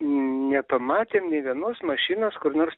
nepamatėm nei vienos mašinos kur nors